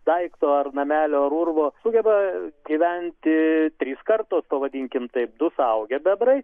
daikto ar namelio ar urvo sugeba gyventi trys kartos pavadinkim taip du suaugę bebrai